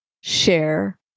share